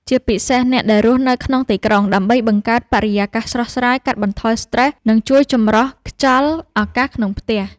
ជាពិសេសអ្នកដែលរស់នៅក្នុងទីក្រុង ដើម្បីបង្កើតបរិយាកាសស្រស់ស្រាយ កាត់បន្ថយស្ត្រេស និងជួយចម្រោះខ្យល់អាកាសក្នុងផ្ទះ។